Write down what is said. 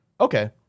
Okay